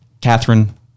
Catherine